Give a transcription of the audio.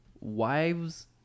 wives